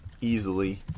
easily